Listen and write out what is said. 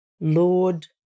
Lord